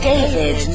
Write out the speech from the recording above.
David